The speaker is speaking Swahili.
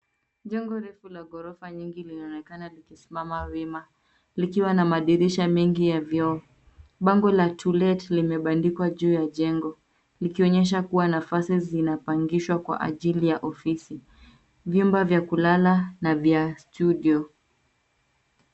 Jengo refu la ghorofa linaonekana likisimama wima likiwa na madirisha mengi ya vioo. Bango la to let limeandikwa juu ya jengo likionyesha kuwa nafasi zinapangishwa Kwa ajili ya ofisi, vyumba vya kulala na vya studio .